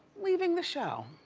leaving the show.